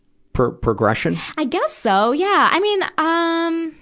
pro, progression. i guess so, yeah. i mean, um,